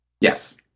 Yes